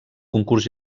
concurs